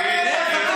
אין לך בושה.